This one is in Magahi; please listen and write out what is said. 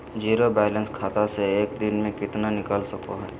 जीरो बायलैंस खाता से एक दिन में कितना निकाल सको है?